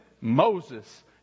Moses